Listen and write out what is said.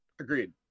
Agreed